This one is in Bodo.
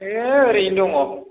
ए ओरैनो दङ